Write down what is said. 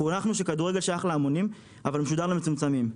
חונכנו שהכדורגל שייך להמונים אבל הוא משודר למצומצמים.